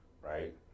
right